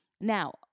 now